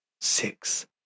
six